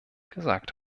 gesagt